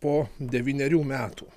po devynerių metų